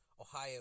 Ohio